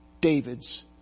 David's